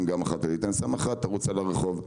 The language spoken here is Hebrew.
וסדרן אחד של עלית אני שם סדרן אחד שירוץ על כל הרחוב,